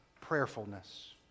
prayerfulness